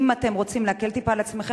אם אתם רוצים להקל טיפה על עצמכם,